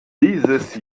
dieses